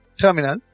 terminal